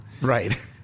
right